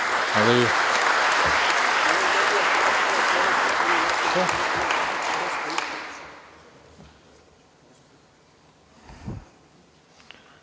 Hvala